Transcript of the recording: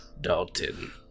Dalton